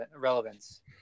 relevance